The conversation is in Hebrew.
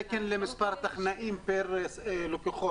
יש להם תקן למספר טכנאים פר לקוחות.